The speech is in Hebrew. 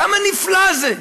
כמה נפלא זה,